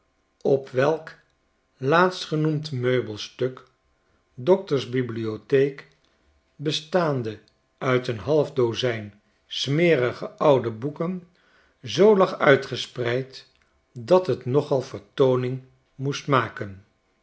op welk laatstgenoemd meubelstuk dokters bibliotheek bestaande uit een half dozijn smerige oude boeken zoo lag uitgespreid dat het nogal vertooning moest maken